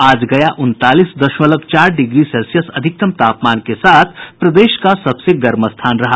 आज गया उनतालीस दशमलव चार डिग्री सेल्सियस अधिकतम तापमान के साथ प्रदेश का सबसे गर्म स्थान रहा